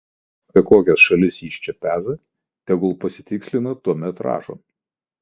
neaišku apie kokias šalis jis čia peza tegul pasitikslina tuomet rašo